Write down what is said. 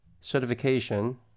certification